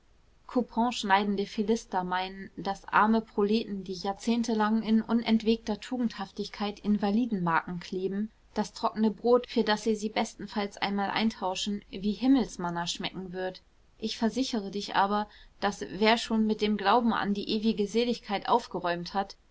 kuponschneidende philister meinen daß armen proleten die jahrzehntelang in unentwegter tugendhaftigkeit invalidenmarken kleben das trockene brot für das sie sie bestenfalls einmal eintauschen wie himmelsmanna schmecken wird ich versichere dich aber daß wer schon mit dem glauben an die ewige seligkeit aufgeräumt hat